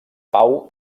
pau